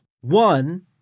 One